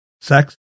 sex